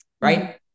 right